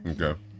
Okay